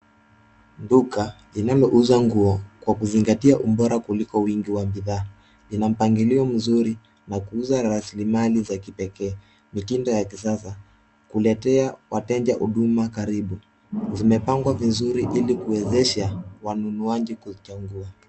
Duka linalouza nguo kwa kuzingatia ubora kuliko wingi wa bidhaa. Lina mpangilio mzuri na kuuza rasilimali za kipekee mitindo za kisasa kuletea wateja huduma karibu. Zimepangwa vizuri ili kuwezesha wanunuaji kuchagua.